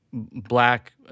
black